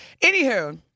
Anywho